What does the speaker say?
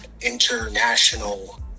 international